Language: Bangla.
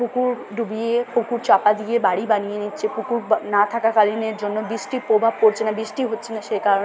পুকুর ডুবিয়ে পুকুর চাপা দিয়ে বাড়ি বানিয়ে নিচ্ছে পুকুর ব্য না থাকাকালীনের জন্য বৃষ্টির প্রভাব পড়ছে না বৃষ্টি হচ্ছে না সে কারণে